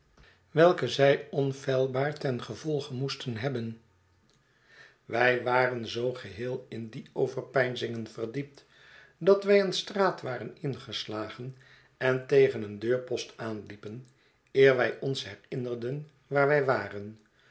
welke zij onfeilbaar ten gevolge moesten hebben wij waren zoo geheel in die overpeinzingen verdiept dat wij een straat waren ingeslagen en tegen een deurpost aanliepen eer wij ons herinnerden waar wij waren